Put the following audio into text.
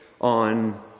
on